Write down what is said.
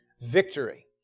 victory